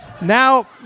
Now